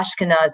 Ashkenazi